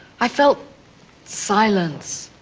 i felt silence,